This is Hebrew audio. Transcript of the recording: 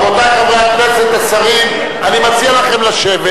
רבותי חברי הכנסת, השרים, אני מציע לכם לשבת,